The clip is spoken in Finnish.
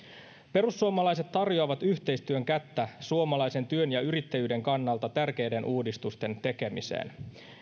perussuomalaiset tarjoavat yhteistyön kättä suomalaisen työn ja yrittäjyyden kannalta tärkeiden uudistusten tekemiseen